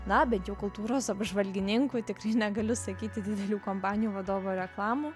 na bent jau kultūros apžvalgininkų tikrai negaliu sakyti didelių kompanijų vadovų ar reklamų